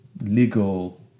legal